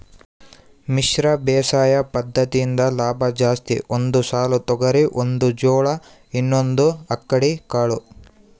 ಮಿಶ್ರ ಬೇಸಾಯ ಪದ್ದತಿಯಿಂದ ಲಾಭ ಜಾಸ್ತಿ ಒಂದು ಸಾಲು ತೊಗರಿ ಒಂದು ಜೋಳ ಇನ್ನೊಂದು ಅಕ್ಕಡಿ ಕಾಳು